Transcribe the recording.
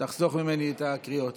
תחסוך ממני את הקריאות.